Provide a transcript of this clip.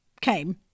came